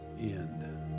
end